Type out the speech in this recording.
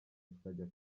tukajya